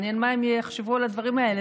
מעניין מה הם יחשבו על הדברים האלה.